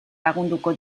lagunduko